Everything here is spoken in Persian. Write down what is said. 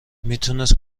میتونست